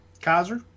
Kaiser